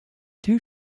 two